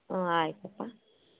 ಹ್ಞೂ ಆಯಿತಪ್ಪ